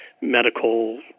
medical